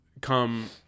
come